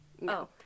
No